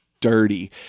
dirty